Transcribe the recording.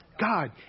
God